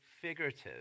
figurative